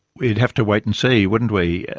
we'd have to wait and see, wouldn't we.